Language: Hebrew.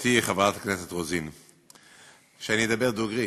גברתי חברת הכנסת רוזין, שאני אדבר דוגרי?